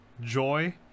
Joy